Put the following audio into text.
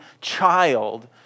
child